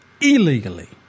illegally